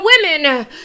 women